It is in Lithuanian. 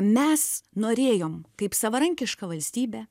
mes norėjom kaip savarankiška valstybė